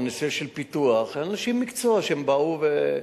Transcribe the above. או הנושא של פיתוח, אנשי מקצוע שבאו לשם.